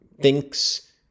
thinks